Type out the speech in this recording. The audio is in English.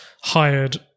hired